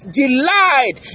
delight